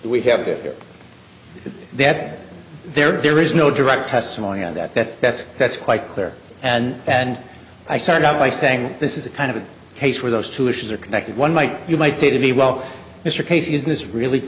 we have to get that there is no direct testimony on that that's that's that's quite clear and and i started out by saying this is a kind of a case where those two issues are connected one might you might say to me well mr casey is this really